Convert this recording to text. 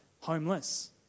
homeless